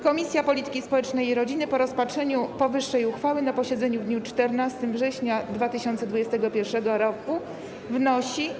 Komisja Polityki Społecznej i Rodziny po rozpatrzeniu powyższej uchwały na posiedzeniu w dniu 14 września 2021 r. wnosi: